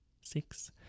six